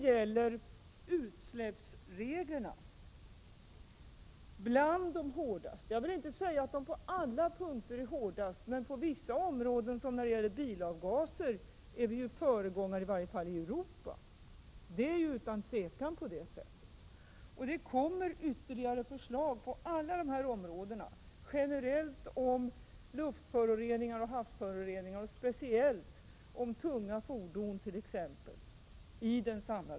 Våra utsläppsregler tillhör de hårdaste, jag vill inte säga att de är de allra hårdaste, men på vissa områden, t.ex. när det gäller bilavgaser, är vi föregångare, i varje fall i Europa. Det är utan tvivel på det sättet. Och det kommer ytterligare förslag på alla dessa områden i den samlade propositionen, generellt om luftföroreningarna och havsföroreningarna och speciellt om tunga fordon.